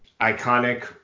iconic